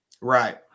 right